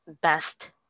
best